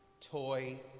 Toy